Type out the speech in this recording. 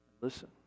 listen